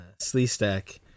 Sleestack